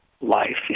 life